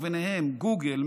ובהן גוגל,